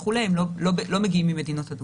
וכו' הם לא מגיעים ממדינות אדומות.